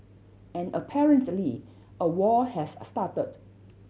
and apparently a war has a started